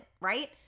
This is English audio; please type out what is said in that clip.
right